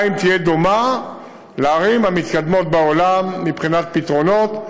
תהיה דומה לערים המתקדמות בעולם מבחינת פתרונות.